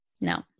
No